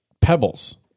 pebbles